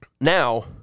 Now